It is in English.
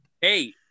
hey